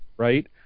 Right